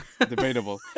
debatable